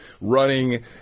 running